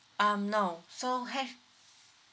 um no so H